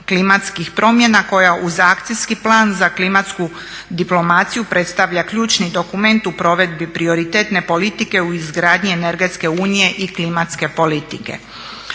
klimatskih promjena koja uz akcijski plan za klimatsku diplomaciju predstavlja ključni dokument u provedbi prioritetne politike u izgradnji energetske unije i klimatske politike.